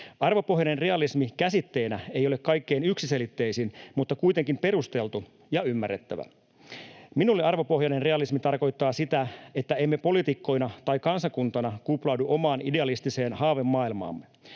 Arvopohjainen realismi käsitteenä ei ole kaikkein yksiselitteisin mutta kuitenkin perusteltu ja ymmärrettävä. Minulle arvopohjainen realismi tarkoittaa sitä, että emme poliitikkoina tai kansakuntana kuplaudu omaan idealistiseen haavemaailmamme